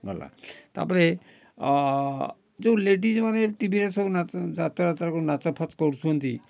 ଗଲା ତା'ପରେ ଯେଉଁ ଲେଡ଼ିଜ୍ମାନେ ଟିଭିରେ ସବୁ ନାଚ ଯାତ୍ରା ତରଫରୁ ନାଚ ଫାଚ କରୁଛନ୍ତି